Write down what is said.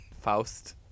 Faust